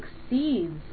succeeds